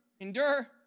endure